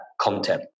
content